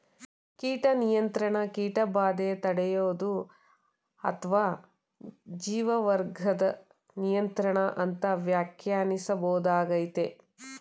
ಕೀಟ ನಿಯಂತ್ರಣ ಕೀಟಬಾಧೆ ತಡ್ಯೋದು ಅತ್ವ ಜೀವವರ್ಗದ್ ನಿಯಂತ್ರಣ ಅಂತ ವ್ಯಾಖ್ಯಾನಿಸ್ಬೋದಾಗಯ್ತೆ